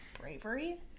bravery